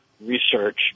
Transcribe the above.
research